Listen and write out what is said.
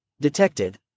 Detected